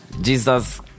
Jesus